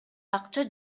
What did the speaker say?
акча